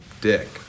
dick